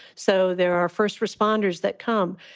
so there are first responders that come.